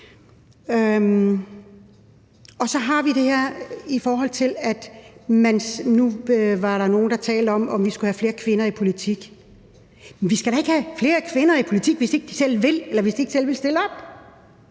bryder jeg mig ikke om. Og nu var der nogen, der talte om, at vi skulle have flere kvinder i politik. Men vi skal da ikke have flere kvinder i politik, hvis ikke de selv vil, hvis